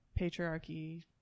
patriarchy